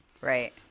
Right